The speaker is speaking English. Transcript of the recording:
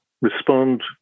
respond